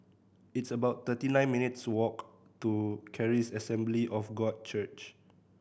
it's about thirty nine minutes' walk to Charis Assembly of God Church